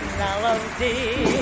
melody